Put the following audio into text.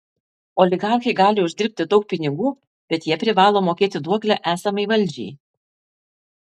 oligarchai gali uždirbti daug pinigų bet jie privalo mokėti duoklę esamai valdžiai